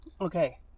okay